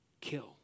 kill